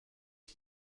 are